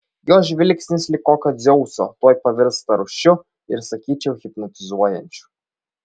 jos žvilgsnis lyg kokio dzeuso tuoj pavirsta rūsčiu ir sakyčiau hipnotizuojančiu